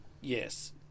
yes